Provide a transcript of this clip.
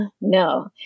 no